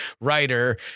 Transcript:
writer